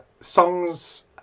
songs